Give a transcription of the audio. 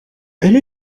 elle